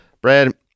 Brad